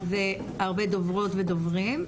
טוב.